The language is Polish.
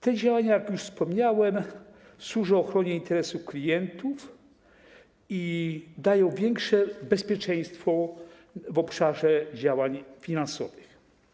Te działania, jak już wspomniałem, służą ochronie interesów klientów i zapewniają większe bezpieczeństwo w obszarze działań finansowych.